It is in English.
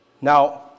Now